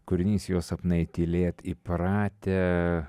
kūrinys jo sapnai tylėt įpratę